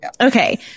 Okay